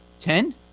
Ten